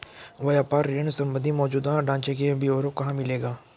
व्यापार ऋण संबंधी मौजूदा ढांचे के ब्यौरे कहाँ मिलेंगे?